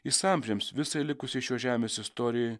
jis amžiams visą likusį šios žemės istorijoj